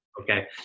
Okay